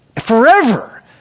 forever